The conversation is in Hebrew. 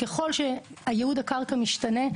ככל שייעוד הקרקע משתנה,